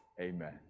Amen